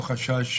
החשש